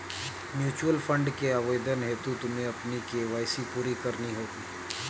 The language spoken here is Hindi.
म्यूचूअल फंड के आवेदन हेतु तुम्हें अपनी के.वाई.सी पूरी करनी होगी